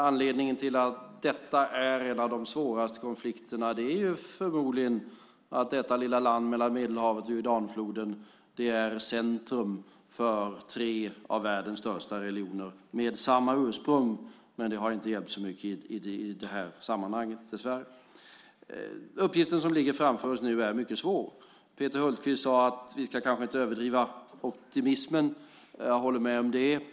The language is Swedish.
Anledningen till att detta är en av de svåraste konflikterna är förmodligen att detta lilla land mellan Medelhavet och Jordanfloden är centrum för tre av världens största religioner med samma ursprung, men det har dessvärre inte hjälpt så mycket i det här sammanhanget. Uppgiften som ligger framför oss nu är mycket svår. Peter Hultqvist sade att vi kanske inte ska överdriva optimismen. Jag håller med om det.